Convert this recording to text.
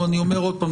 אני אומר עוד פעם,